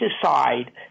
decide